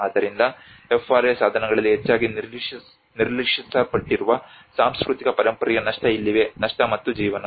ಆದ್ದರಿಂದ FRA ಸಾಧನಗಳಲ್ಲಿ ಹೆಚ್ಚಾಗಿ ನಿರ್ಲಕ್ಷಿಸಲ್ಪಟ್ಟಿರುವ ಸಾಂಸ್ಕೃತಿಕ ಪರಂಪರೆಯ ನಷ್ಟ ಇಲ್ಲಿವೆ ನಷ್ಟ ಮತ್ತು ಜೀವನ